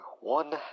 one